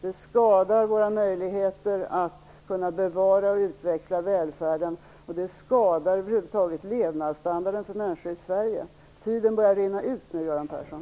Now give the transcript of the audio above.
Det skadar våra möjligheter att bevara och utveckla välfärden och levnadsstandarden över huvud taget för människor i Sverige. Tiden börjar rinna ut nu, Göran Persson.